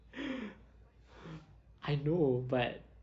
I know but